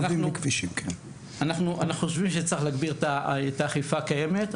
אנחנו חושבים שצריך להגביר את האכיפה הקיימת,